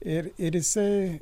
ir jisai